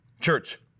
Church